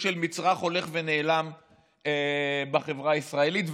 של מצרך הולך ונעלם בחברה הישראלית.